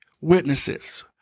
witnesses